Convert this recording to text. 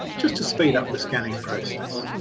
just to speed up the scanning process.